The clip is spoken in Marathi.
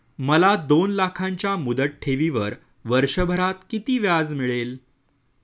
मला दोन लाखांच्या मुदत ठेवीवर वर्षभरात किती व्याज मिळेल?